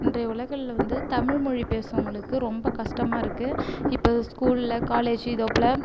இன்ற உலகில் வந்து தமிழ் மொழி பேசுறவங்களுக்கு ரொம்ப கஷ்டமாக இருக்கு இப்போ ஸ்கூலில் காலேஜ் இதை போல்